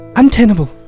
untenable